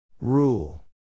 Rule